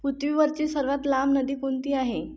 पृथ्वीवरची सर्वात लांब नदी कोणती आहे